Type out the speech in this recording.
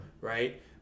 right